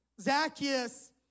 Zacchaeus